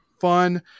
fun